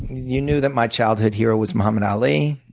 you knew that my childhood hero was mohammed ali,